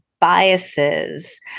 biases